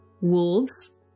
wolves